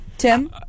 Tim